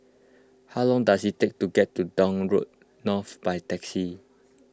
how long does it take to get to Dock Road North by taxi